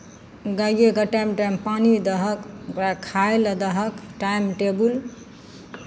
गायेकेँ time time पानि दहक ओकरा खाय लेल दहक टाइम टेबुल